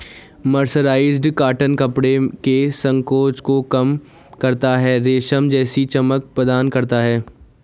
mercerised cotton कपड़े के संकोचन को कम करता है, रेशम जैसी चमक प्रदान करता है